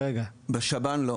בשב"ן לא.